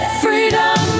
freedom